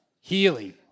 Healing